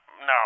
no